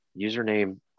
username